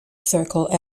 circle